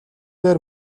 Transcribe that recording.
дээр